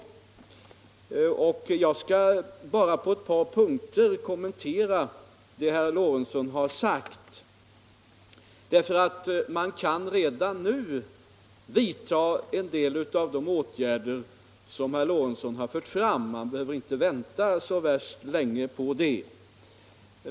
arbetslösheten i Jag skall bara på ett par punkter kommentera herr Lorentzons an Västernorrlands förande. Man kan redan nu vidta en del av de åtgärder som herr Lorentzon = län har fört fram. Man behöver inte vänta så värst länge på det.